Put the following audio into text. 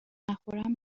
نخورم